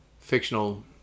fictional